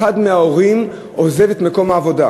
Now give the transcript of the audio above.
אחד ההורים עוזב את מקום העבודה.